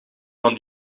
van